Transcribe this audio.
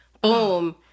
boom